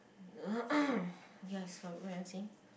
ya I saw what you want say